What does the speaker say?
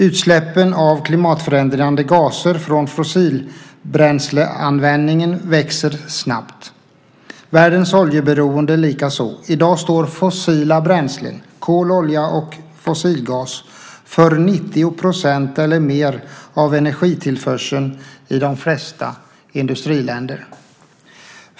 Utsläppen av klimatförändrande gaser från fossilbränsleanvändningen växer snabbt, och världens oljeberoende likaså. I dag står fossila bränslen, kol, olja och fossilgas, för 90 % eller mer av energitillförseln i de flesta industriländer.